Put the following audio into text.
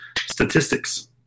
statistics